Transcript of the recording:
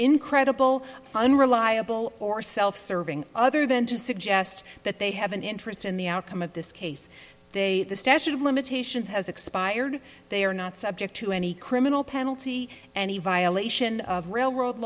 incredible unreliable or self serving other than to suggest that they have an interest in the outcome of this case they the statute of limitations has expired they are not subject to any criminal penalty any violation of railroad